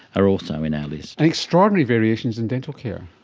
are also in our list. and extraordinary variations in dental care.